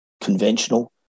conventional